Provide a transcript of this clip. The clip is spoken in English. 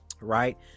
right